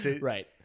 right